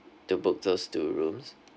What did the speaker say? to book those two rooms